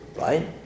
right